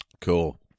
Cool